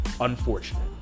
unfortunate